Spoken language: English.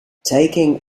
taking